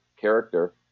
character